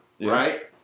right